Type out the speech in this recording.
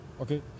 okay